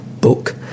book